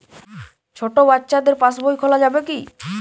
ছোট বাচ্চাদের পাশবই খোলা যাবে কি?